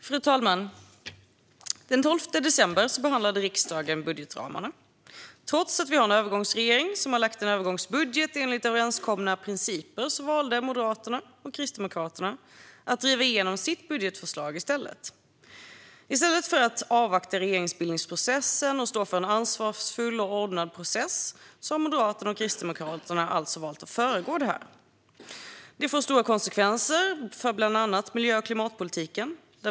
Fru talman! Den 12 december behandlade riksdagen budgetramarna. Trots att vi har en övergångsregering som har lagt fram en övergångsbudget enligt överenskomna principer valde Moderaterna och Kristdemokraterna att driva igenom sitt budgetförslag i stället. I stället för att avvakta regeringsbildningsprocessen och stå för en ansvarsfull och ordnad process har Moderaterna och Kristdemokraterna alltså valt att föregå detta. Detta får stora konsekvenser för bland annat miljö och klimatpolitiken.